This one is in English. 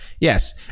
Yes